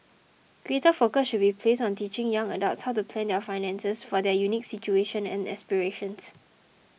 greater focus should be placed on teaching young adults how to plan their finances for their unique situations and aspirations